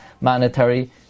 monetary